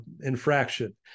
infraction